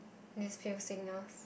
these few singers